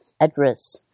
address